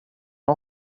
och